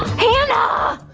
hannah!